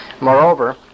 Moreover